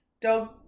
dog